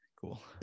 Cool